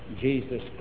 Jesus